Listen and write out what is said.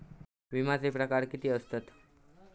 विमाचे प्रकार किती असतत?